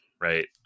right